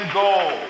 goal